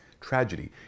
tragedy